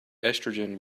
estrogen